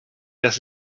dass